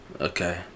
Okay